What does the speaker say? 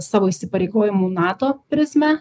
savo įsipareigojimų nato prizmę